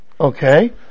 Okay